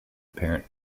parent